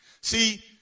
See